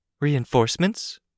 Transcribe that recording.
Reinforcements